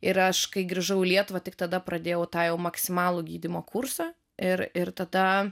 ir aš kai grįžau į lietuvą tik tada pradėjau tą jau maksimalų gydymo kursą ir ir tada